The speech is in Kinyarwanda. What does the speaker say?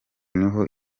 niho